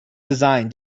design